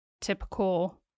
typical